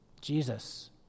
Jesus